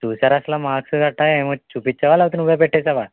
చూసారా అస్సలు మార్క్సు కట్టా ఏవీ చూపిచ్చవా లేపోతే నువ్వే పెట్టేశావా